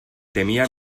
temia